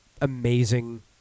amazing